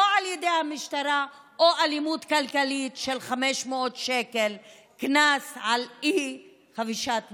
או על ידי המשטרה או אלימות כלכלית של 500 שקל קנס על אי-חבישת מסכה.